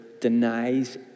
denies